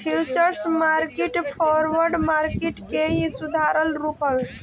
futures market forward market के ही सुधारल रूप हवे